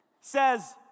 Says